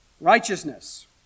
Righteousness